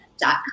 dot